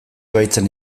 baitzen